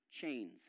chains